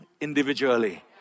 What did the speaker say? individually